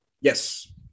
Yes